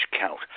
count